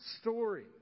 story